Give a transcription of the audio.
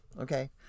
Okay